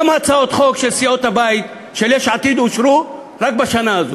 כמה הצעות חוק של סיעות הבית אושרו רק בשנה הזאת,